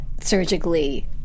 surgically